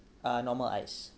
uh normal ice